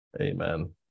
Amen